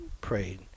prayed